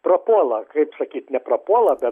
prapuola kaip sakyt neprapuola bet